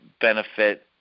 benefit